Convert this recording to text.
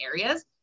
areas